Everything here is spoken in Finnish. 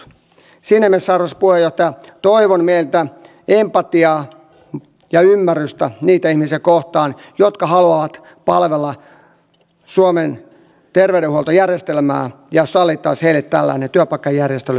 siinä mielessä arvoisa puheenjohtaja toivon meiltä empatiaa ja ymmärrystä niitä ihmisiä kohtaan jotka haluavat palvella suomen terveydenhuoltojärjestelmää että sallittaisiin heille vähintään tällainen työpaikkajärjestely